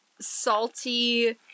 salty